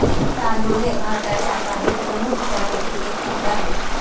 तांदूळ हे भारताच्या काही प्रमुख पीकांपैकी एक पीक आहे